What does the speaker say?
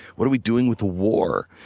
what are we doing with the war?